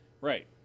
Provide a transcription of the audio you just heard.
Right